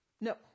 No